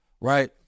right